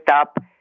up